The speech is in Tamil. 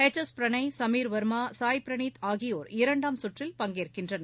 எச் எஸ் பிரனாய் சமீர் வர்மா சாய் பிரனீத் ஆகியோர் இரண்டாம் சுற்றில் பங்கேற்கின்றனர்